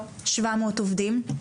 שבע מאות עובדים?